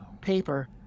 paper